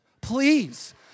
please